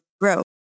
grow